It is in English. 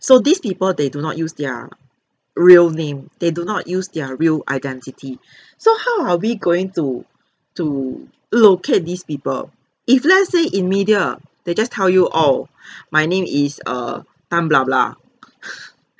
so these people they do not use their real name they do not use their real identity so how are we going to to locate these people if let's say in media they just tell you oh my name is err tan blah blah